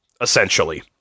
essentially